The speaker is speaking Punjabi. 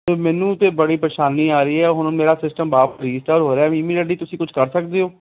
ਅਤੇ ਮੈਨੂੰ ਤਾਂ ਬੜੀ ਪ੍ਰੇਸ਼ਾਨੀ ਆ ਰਹੀ ਹੈ ਹੁਣ ਮੇਰਾ ਸਿਸਟਮ ਵਾਰ ਰੀਸਟਾਟ ਹੋ ਰਿਹਾ ਇਮੀਡੇਟਲੀ ਤੁਸੀਂ ਕੁਛ ਕਰ ਸਕਦੇ ਹੋ